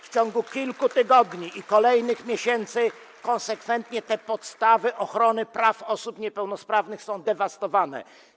W ciągu kilku tygodni i kolejnych miesięcy konsekwentnie te podstawy ochrony praw osób niepełnosprawnych są dewastowane.